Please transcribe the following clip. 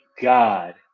god